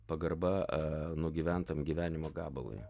pagarba nugyventam gyvenimo gabalui